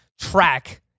track